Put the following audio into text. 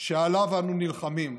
שעליו אנו נלחמים.